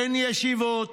אין ישיבות,